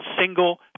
single